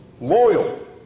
Loyal